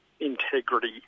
Integrity